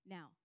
Now